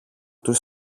του